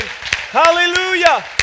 Hallelujah